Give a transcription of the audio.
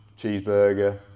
cheeseburger